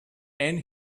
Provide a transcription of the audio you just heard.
and